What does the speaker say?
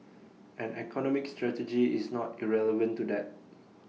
and economic strategy is not irrelevant to that